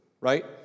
right